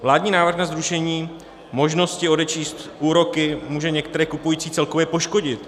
Vládní návrh na zrušení možnosti odečíst úroky může některé kupující celkově poškodit.